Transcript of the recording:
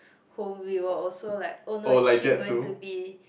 who we will also like oh no is she going to be